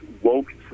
woke